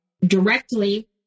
directly